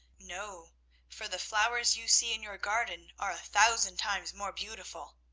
no for the flowers you see in your garden are a thousand times more beautiful.